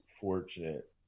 fortunate